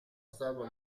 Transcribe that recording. statua